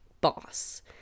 boss